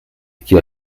qui